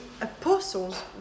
apostles